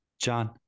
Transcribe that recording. john